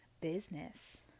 business